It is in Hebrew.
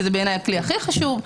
שזה בעיניי הכלי הכי חשוב.